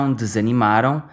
desanimaram